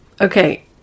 Okay